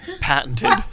patented